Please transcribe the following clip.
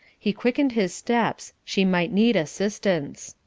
he quickened his steps she might need assistance.